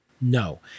No